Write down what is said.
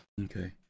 Okay